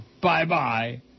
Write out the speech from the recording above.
bye-bye